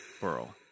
Burl